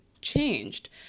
changed